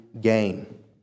gain